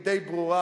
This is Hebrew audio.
היא די ברורה.